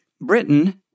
Britain